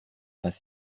pas